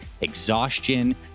exhaustion